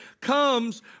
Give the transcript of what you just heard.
comes